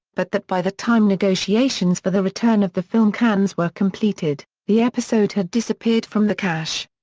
but that by the time negotiations for the return of the film cans were completed, the episode had disappeared from the cache.